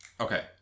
Okay